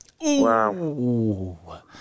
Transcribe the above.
Wow